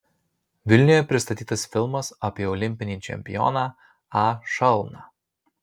vilniuje pristatytas filmas apie olimpinį čempioną a šalną